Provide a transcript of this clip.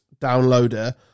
downloader